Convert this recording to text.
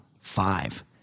five